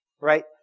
Right